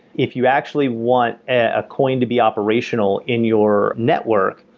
if you actually want a coin to be operational in your network,